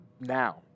now